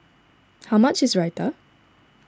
how much is Raita